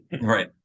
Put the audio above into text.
Right